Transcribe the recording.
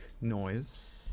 noise